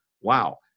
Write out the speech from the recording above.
wow